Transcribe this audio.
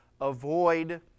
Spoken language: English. avoid